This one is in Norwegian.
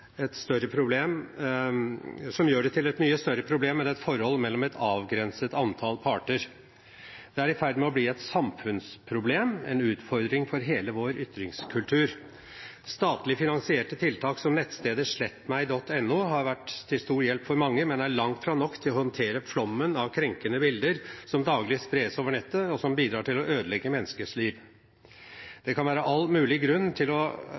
det til et mye større problem enn et forhold mellom et avgrenset antall parter. Det er i ferd med å bli et samfunnsproblem, en utfordring for hele vår ytringskultur. Statlig finansierte tiltak, som nettstedet slettmeg.no, har vært til stor hjelp for mange, men er langt fra nok til å håndtere flommen av krenkende bilder som daglig spres over nettet, og som bidrar til å ødelegge menneskers liv. Det kan være all mulig grunn til